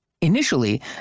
Initially